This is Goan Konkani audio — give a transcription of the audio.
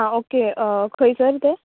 हां ओके खंयसर तें